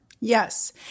Yes